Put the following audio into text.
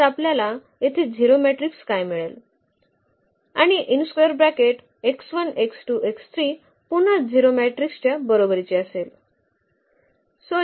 तर आपल्याला येथे 0 मॅट्रिक्स काय मिळेल आणि पुन्हा 0 मॅट्रिक्सच्या बरोबरीचे असेल